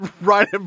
right